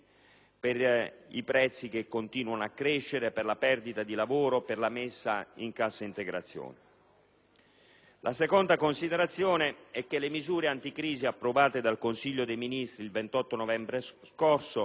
per i prezzi che continuano a crescere, per la perdita di lavoro, per la messa in cassa integrazione. La seconda considerazione è che le misure anticrisi approvate dal Consiglio dei ministri il 28 novembre scorso